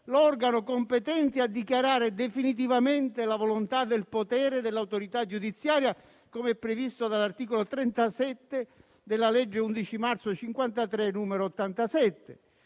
l'organo competente a dichiarare definitivamente la volontà del potere dell'autorità giudiziaria, come previsto dall'articolo 37 della legge 11 marzo 1953, n. 87.